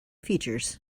features